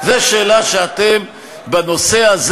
שזה חלק מהאילוץ,